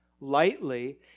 lightly